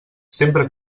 sempre